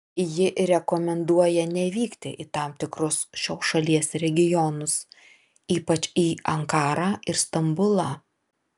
ji rekomenduoja nevykti į tam tikrus šios šalies regionus ypač į ankarą ir stambulą